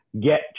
get